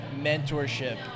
mentorship